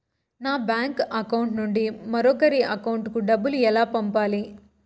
నా bank account నుండి మరొకరి అకౌంట్ కు డబ్బులు ఎలా పంపాలి